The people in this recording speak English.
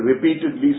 repeatedly